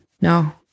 No